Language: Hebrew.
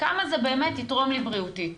כמה זה באמת יתרום לי בריאותית?